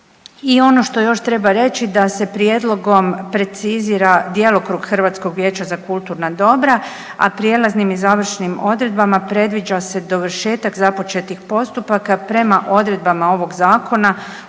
I ono što još treba reći da se prijedlogom precizira djelokrug Hrvatskog vijeća za kulturna dobra, a prijelaznim i završnim odredbama predviđa se dovršetak započetih postupaka prema odredbama ovog zakona